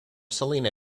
selina